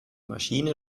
maschine